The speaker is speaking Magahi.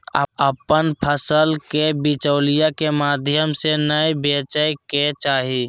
अपन फसल के बिचौलिया के माध्यम से नै बेचय के चाही